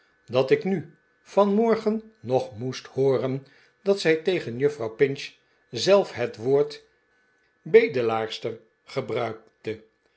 dat ik nu vanmorgen nog moest hooren dat zij tegen juffrouw pinch zelf het woord bedelaarster gebruikte